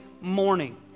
morning